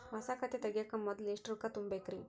ಹೊಸಾ ಖಾತೆ ತಗ್ಯಾಕ ಮೊದ್ಲ ಎಷ್ಟ ರೊಕ್ಕಾ ತುಂಬೇಕ್ರಿ?